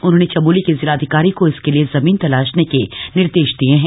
उन्होंने चमोली के जिलाधिकारी को इसके लिए जमीन तलाशने के निर्देश दिए हैं